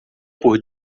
por